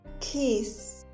Kiss